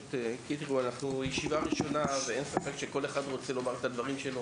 פשוט אנחנו ישיבה ראשונה ואין ספק שכל אחד רוצה לומר את הדברים שלו,